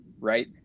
right